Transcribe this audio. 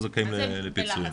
מה לחץ?